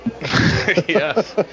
Yes